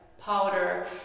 powder